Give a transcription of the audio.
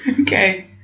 Okay